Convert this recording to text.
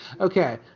Okay